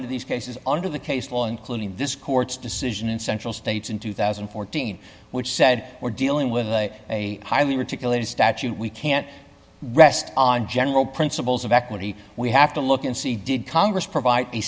into these cases under the case law including this court's decision in central states in two thousand and fourteen which said we're dealing with a highly ridiculous statute we can't rest on general principles of equity we have to look and see did congress provide